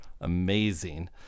amazing